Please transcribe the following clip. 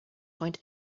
find